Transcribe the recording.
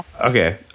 Okay